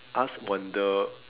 us wonder